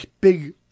big